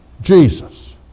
Jesus